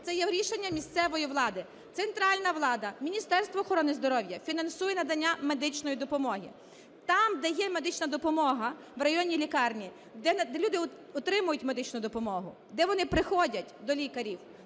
це є рішення місцевої влади. Центральна влада, Міністерство охорони здоров'я фінансують надання медичної допомоги. Там, де є медична допомога в районній лікарні, де люди отримують медичну допомогу, де вони приходять до лікарів,